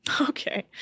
Okay